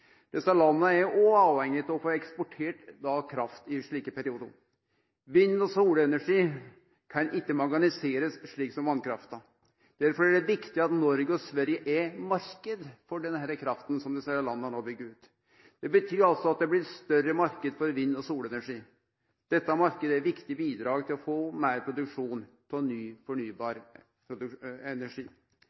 er òg avhengige av få eksportert kraft i slike periodar. Vind- og solenergi kan ein ikkje magasinere slik som vasskrafta. Derfor er det viktig at Noreg og Sverige er ein marknad for den krafta som desse landa no byggjer ut. Det betyr at det blir større marknad for vind- og solenergi. Denne marknaden er eit viktig bidrag til å få meir produksjon av ny fornybar energi.